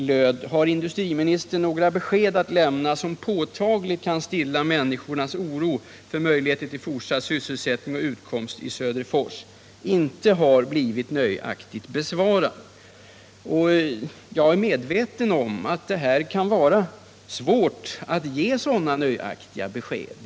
Den löd: ”Har industriministern några besked att lämna som påtagligt kan stilla människornas oro för möjligheter till fortsatt sysselsättning och utkomst i Söderfors?” Jag är medveten om att det kan vara svårt att ge sådana nöjaktiga besked.